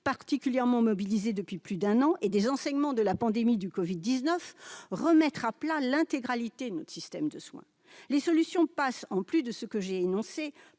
particulièrement mobilisés depuis plus d'un an et des enseignements de la pandémie du Covid-19, le Gouvernement va-t-il enfin remettre à plat l'intégralité de notre système de soins ? Les solutions passent, en plus de ce que j'ai énoncé,